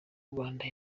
rwanda